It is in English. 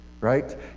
right